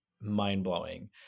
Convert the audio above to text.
mind-blowing